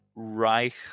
Reich